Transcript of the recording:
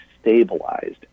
stabilized